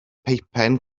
peipen